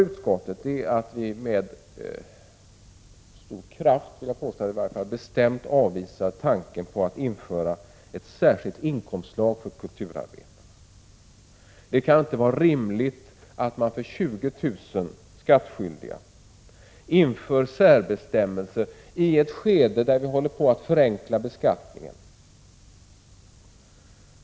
Utskottet avvisar med kraft tanken på att införa ett särskilt inkomstslag för kulturarbetare. Det kan inte vara rimligt att för 20 000 skattskyldiga införa särbestämmelser i ett skede där vi håller på att förenkla beskattningen.